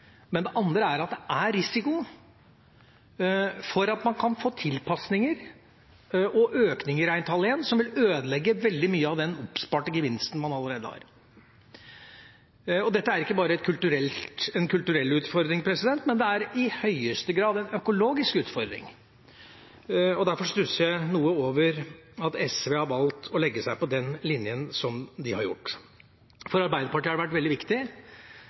Det andre er at det er risiko for at man kan få tilpasninger og økning i reintallet igjen som vil ødelegge veldig mye av den oppsparte gevinsten man allerede har. Dette er ikke bare en kulturell utfordring, men det er i høyeste grad en økologisk utfordring, og derfor stusser jeg noe over at SV har valgt å legge seg på den linjen som de har gjort. For Arbeiderpartiet har det vært veldig viktig